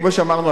כמו שאמרנו,